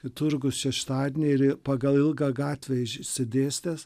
turgus šeštadienį ir pagal ilgą gatvę išsidėstęs